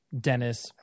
Dennis